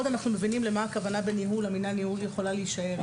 כל עוד אנחנו מבינים מהי הכוונה בניהול המילה "ניהול" יכולה להישאר.